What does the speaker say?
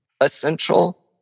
essential